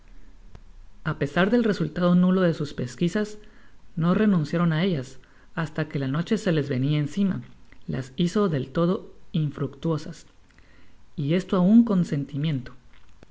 brújula apesar del resultado nulo de sus pesquisas no renunciaron á ellas hasta que la noche que se le venia encima las hizo del todo infructuosas y esto aun con